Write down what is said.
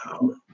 wow